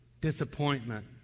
disappointment